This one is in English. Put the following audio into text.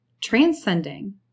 transcending